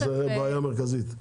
זאת בעיה מרכזית.